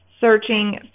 searching